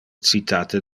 citate